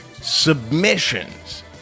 submissions